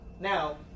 Now